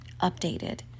updated